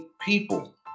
people